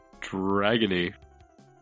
dragon-y